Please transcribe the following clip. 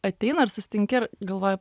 ateina ir susitinki ir galvoji